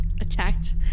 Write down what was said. attacked